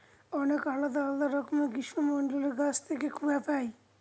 অনেক আলাদা রকমের গ্রীষ্মমন্ডলীয় গাছ থেকে কূয়া পাই